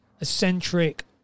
eccentric